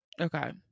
okay